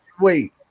Wait